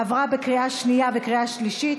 עברה בקריאה שנייה ובקריאה שלישית,